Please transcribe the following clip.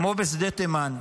כמו בשדה תימן,